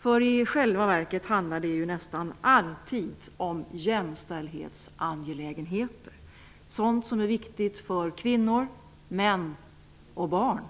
För i själva verket handlar det ju nästan alltid om jämställdhetsangelägenheter -- sådant som är viktigt för kvinnor, män och barn.